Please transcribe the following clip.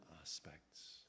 aspects